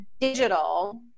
digital